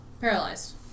Paralyzed